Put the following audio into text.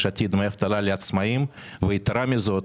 עתיד דמי אבטלה לעצמאיים ויתרה מזאת,